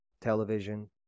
television